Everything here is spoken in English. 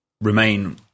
Remain